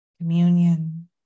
communion